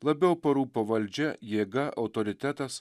labiau parūpo valdžia jėga autoritetas